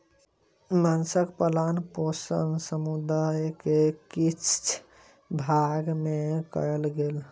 माँछक पालन पोषण समुद्र के किछ भाग में कयल गेल